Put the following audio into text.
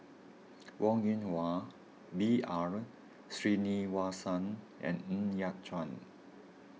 Wong Yoon Wah B R Sreenivasan and Ng Yat Chuan